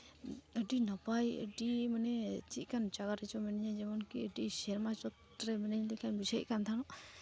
ᱟᱹᱰᱤ ᱱᱟᱯᱟᱭ ᱟᱹᱰᱤ ᱢᱟᱱᱮ ᱪᱮᱫ ᱞᱮᱠᱟᱱ ᱡᱟᱭᱜᱟ ᱨᱮᱪᱚ ᱢᱤᱱᱟᱹᱧᱟ ᱡᱮᱢᱚᱱᱠᱤ ᱥᱮᱨᱢᱟ ᱪᱚᱴ ᱨᱮ ᱢᱤᱱᱟᱹᱧ ᱞᱮᱠᱟ ᱵᱩᱡᱷᱟᱹᱣᱮᱜ ᱠᱟᱱ ᱛᱟᱦᱮᱱᱚᱜ